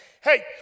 hey